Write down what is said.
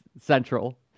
Central